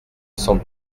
cent